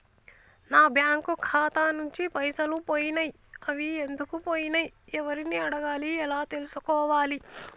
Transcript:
నా బ్యాంకు ఖాతా నుంచి పైసలు పోయినయ్ అవి ఎందుకు పోయినయ్ ఎవరిని అడగాలి ఎలా తెలుసుకోవాలి?